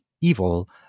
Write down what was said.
evil